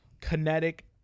kinetic